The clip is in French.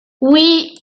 oui